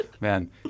Man